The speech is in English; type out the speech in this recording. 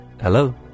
Hello